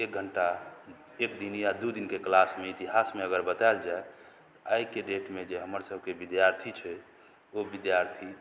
एक घंटा एक दिन या दू दिनके क्लासमे इतिहासमे अगर बताएल जाय तऽ आइके डेटमे जे हमर सबके विद्यार्थी छै ओ विद्यार्थी